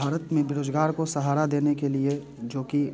भारत में बेरोजगार को सहारा देने के लिए जो कि